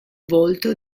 volto